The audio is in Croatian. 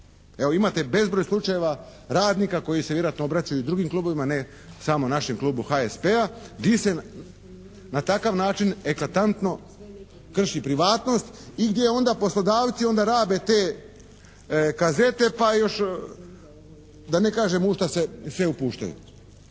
Evo, imate bezbroj slučajeva radnika koji se vjerojatno obraćaju i drugim klubovima a ne samo našem Klubu HSP-a gdje se na takav način eklatantno krši privatnost i gdje onda poslodavci rabe te kazete pa još da ne kažem u šta se sve upuštaju.